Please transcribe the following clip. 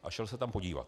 A šel se tam podívat.